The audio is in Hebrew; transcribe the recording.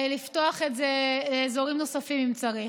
לפתוח את זה לאזורים נוספים אם צריך.